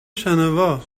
شنوا